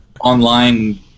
online